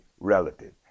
relative